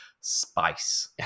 spice